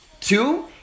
Two